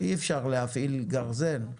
אי אפשר להפעיל גרזן,